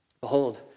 Behold